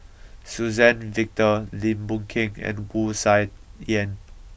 Suzann Victor Lim Boon Keng and Wu Tsai Yen